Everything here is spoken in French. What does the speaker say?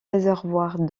réservoirs